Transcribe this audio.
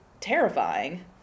terrifying